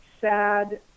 sad